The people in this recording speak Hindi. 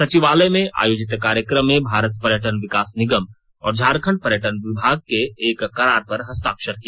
सचिवालय में आयोजित कार्यक्रम में भारत पर्यटन विकास निगम और झारखंड पर्यटन विभाग ने एक करार पर हस्ताक्षर किया